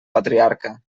patriarca